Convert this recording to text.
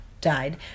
died